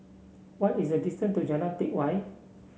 what is the distance to Jalan Teck Whye